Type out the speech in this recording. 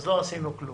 אז לא עשינו כלום.